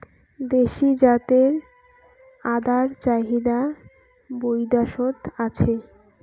দেশী জাতের আদার চাহিদা বৈদ্যাশত আছে